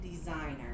designer